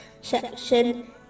section